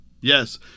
Yes